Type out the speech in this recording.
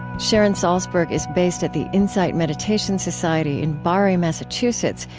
sharon salzberg is based at the insight meditation society in barre, massachusetts,